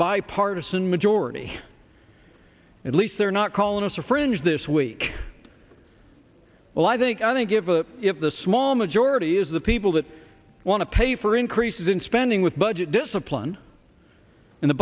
bipartisan majority at least they're not calling us a fringe this week well i think i think given that if the small majority is the people that want to pay for increases in spending with budget discipline in the